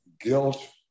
guilt